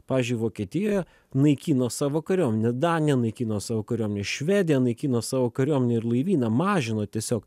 pavyzdžiui vokietijoje naikino savo kariuomenę danija naikino savo kariuomenę švedija naikino savo kariuomenę ir laivyną mažino tiesiog